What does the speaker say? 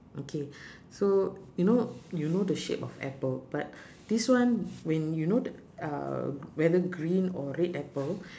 okay so you know you know the shape of apple but this one when you know th~ uh whether green or red apple